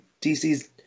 DC's